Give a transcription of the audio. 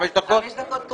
חמש דקות?